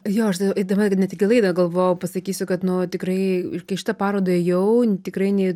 jo aš eidama net į laidą galvojau pasakysiu kad nu tikrai kai į šitą parodą ėjau tikrai nei